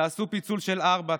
תעשו פיצול של ארבעה,